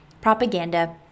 propaganda